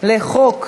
על חוק